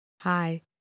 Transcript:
Hi